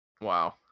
Wow